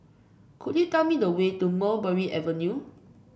could you tell me the way to Mulberry Avenue